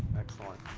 excellent.